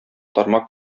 тармак